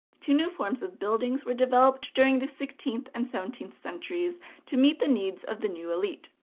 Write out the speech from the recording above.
two new forms of buildings were developed during the sixteenth and seventeenth centuries to meet the needs of the new elite.